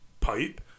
pipe